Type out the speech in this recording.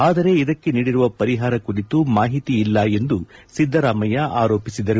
ಆದರೆ ಇದಕ್ಕೆ ನೀಡಿರುವ ಪರಿಹಾರ ಕುರಿತು ಮಾಹಿತಿಯಿಲ್ಲ ಎಂದು ಸಿದ್ಲರಾಮಯ್ಯ ಅರೋಪಿಸಿದರು